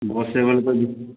bus ସେବାଟେ ତ ଯିବ